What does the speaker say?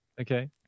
okay